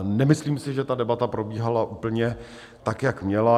Nemyslím si, že ta debata probíhala úplně tak, jak měla.